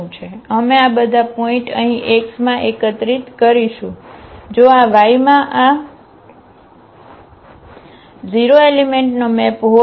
અમે આ બધા પોઇન્ટ અહીં X માં એકત્રિત કરીશું અને જો Y માં આ 0 એલિમેંટનો મેપ હોય